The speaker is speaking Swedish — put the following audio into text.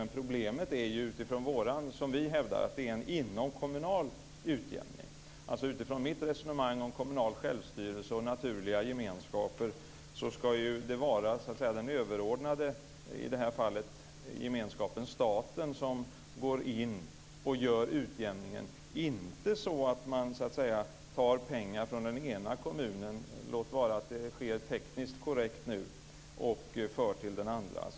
Men problemet enligt oss är att det är en inomkommunal utjämning. Alltså utifrån mitt resonemang om kommunal självstyrelse och naturliga gemenskaper ska det ju vara den överordnade, i detta fall gemenskapen staten, som går in och gör utjämningen. Man ska inte ta pengar från den ena kommunen, låt vara att det sker tekniskt korrekt nu, och föra över till den andra.